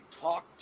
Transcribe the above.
talk